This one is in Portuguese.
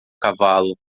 cavalo